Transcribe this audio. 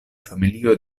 familio